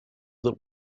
that